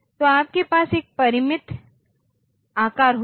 तो आपके पास एक परिमित आकार होगा